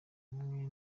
bamwe